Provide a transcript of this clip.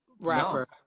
rapper